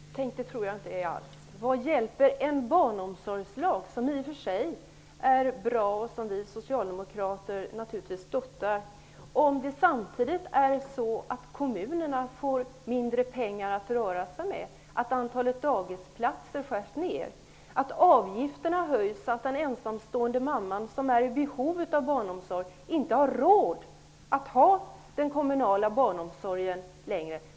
Fru talman! Tänk, det tror jag inte alls. Vad hjälper en barnomsorgslag, som i och för sig är bra och som vi socialdemokrater naturligtvis stöttar, om kommunerna samtidigt får mindre pengar att röra sig med, om antalet dagisplatser skärs ned och avgifterna höjs så att den ensamstående mamman, som är i behov av barnomsorg, inte har råd att ha den kommunala barnomsorgen längre?